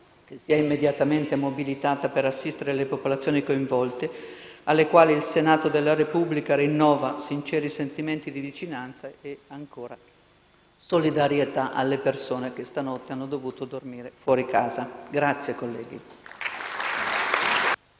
che si è immediatamente mobilitata per assistere le popolazioni coinvolte, alle quali il Senato della Repubblica rinnova sinceri sentimenti di vicinanza e, ancora, di solidarietà alle persone che stanotte hanno dovuto dormire fuori casa.